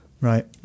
right